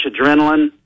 adrenaline